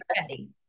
ready